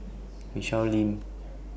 Michelle Lim